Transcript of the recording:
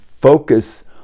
focus